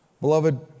Beloved